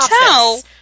tell